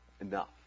Enough